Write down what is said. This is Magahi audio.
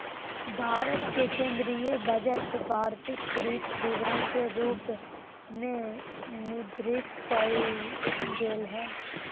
भारत के केन्द्रीय बजट वार्षिक वित्त विवरण के रूप में निर्दिष्ट कइल गेलय हइ